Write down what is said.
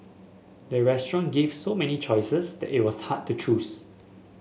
the restaurant gave so many choices that it was hard to choose